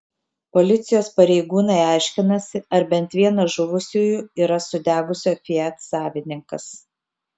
policijos pareigūnai aiškinasi ar bent vienas žuvusiųjų yra sudegusio fiat savininkas